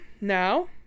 now